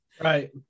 Right